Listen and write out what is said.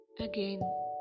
again